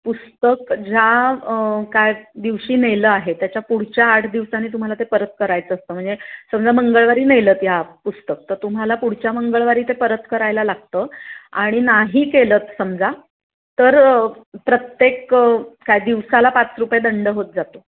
पुस्तक ज्या काय दिवशी नेलं आहे त्याच्या पुढच्या आठ दिवसांनी तुम्हाला ते परत करायचं असतं म्हणजे समजा मंगळवारी नेलंत ह्या पुस्तक तर तुम्हाला पुढच्या मंगळवारी ते परत करायला लागतं आणि नाही केलंत समजा तर प्रत्येक काय दिवसाला पाच रुपये दंड होत जातो